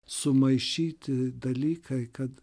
sumaišyti dalykai kad